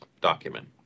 document